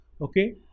okay